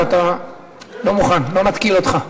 אתה לא מוכן, לא נתקיל אותך.